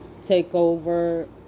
Takeover